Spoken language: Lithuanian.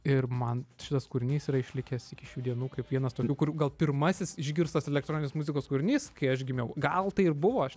ir man šitas kūrinys yra išlikęs iki šių dienų kaip vienas tokių kur gal pirmasis išgirstas elektroninės muzikos kūrinys kai aš gimiau gal tai ir buvo aš